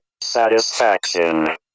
satisfaction